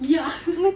ya